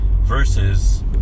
versus